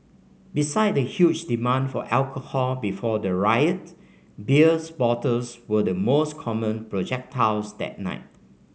beside the huge demand for alcohol before the riot beers bottles were the most common projectiles that night